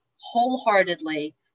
wholeheartedly